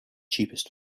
cheapest